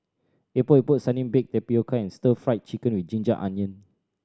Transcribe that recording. Epok Epok Sardin baked tapioca and Stir Fried Chicken with ginger onion